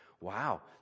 Wow